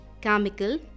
chemical